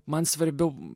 man svarbiau būti